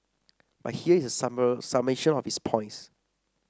but here is a summer summation of his points